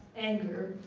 anger,